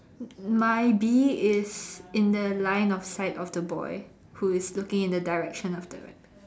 my bee is in the line of sight of the boy who is looking in the direction of the rabbit